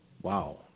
Wow